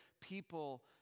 people